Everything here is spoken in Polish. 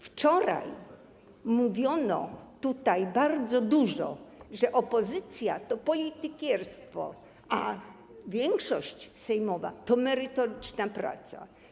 Wczoraj mówiono tutaj bardzo dużo, że opozycja to politykierstwo, a większość sejmowa to merytoryczna praca.